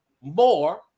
more